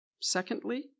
Secondly